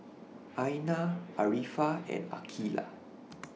Aina Arifa and Aqeelah